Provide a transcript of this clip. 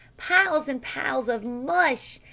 piles and piles of mush!